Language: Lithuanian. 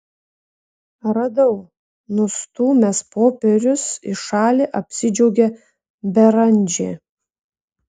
radau nustūmęs popierius į šalį apsidžiaugė beranžė